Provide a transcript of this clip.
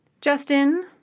Justin